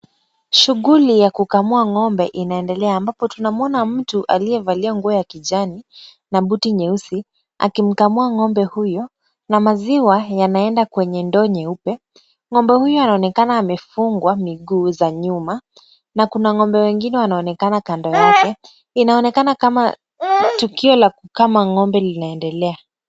Shughuli ya kukamua ng'ombe inaendelea ambapo tunamwona mtu aliyevalia nguo ya kijani na buti nyeusi, akimkamua ng'ombe huyo na maziwa yanaenda kwenye ndoo nyeupe, ng'ombe huyo anaonekana amefungwa miguu za nyuma na kuna ng'ombe wengine wanaonekana kando yake, inaonekana kama tukio la kukama ng'ombe linaendelea.